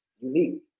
unique